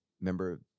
remember